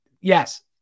Yes